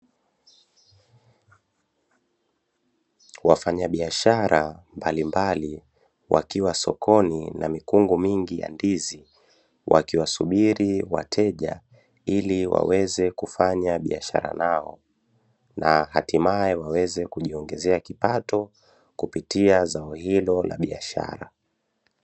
Wafanyabiashara mbalimbali wakiwa sokoni na mikungu mingi ya ndizi wakiwasubiri wateja ili waweze kufanya biashara nao, na hatimaye waweze kujiongezea kipato kupitia zao hilo la biashara.